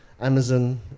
Amazon